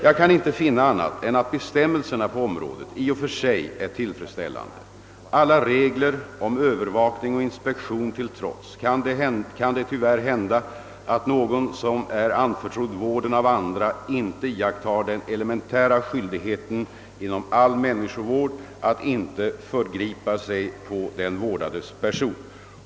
Jag kan inte finna annat än att bestämmelserna på området i och för sig är tillfredsställande. Alla regler om övervakning och inspektion till trots kan det tyvärr hända att någon som är anförtrodd vården av andra inte iakttar den elementära skyldigheten inom all människovård att inte förgripa sig på den vårdades person.